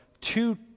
two